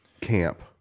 camp